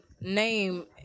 name